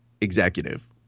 executive